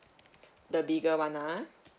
the bigger one ah